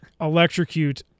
electrocute